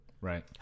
Right